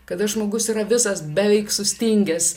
kada žmogus yra visas beveik sustingęs